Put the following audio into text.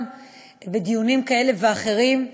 בדיונים כאלה ואחרים,